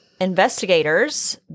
investigators